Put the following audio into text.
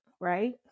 right